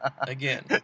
again